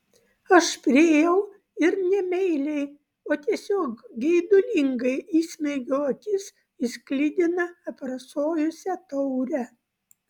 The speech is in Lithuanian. aš priėjau ir ne meiliai o tiesiog geidulingai įsmeigiau akis į sklidiną aprasojusią taurę